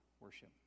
worship